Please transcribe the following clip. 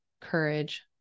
courage